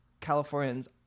Californians